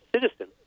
citizen